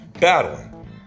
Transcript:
battling